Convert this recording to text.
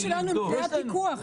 הכלים שלנו הם כלי פיקוח,